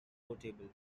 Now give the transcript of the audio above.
portable